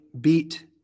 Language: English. beat